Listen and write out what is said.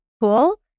cool